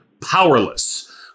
powerless